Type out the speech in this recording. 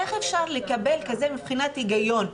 איך אפשר לקבל היגיון כזה,